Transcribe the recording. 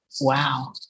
wow